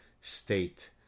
state